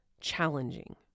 challenging